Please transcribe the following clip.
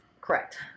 Correct